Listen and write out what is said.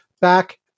Back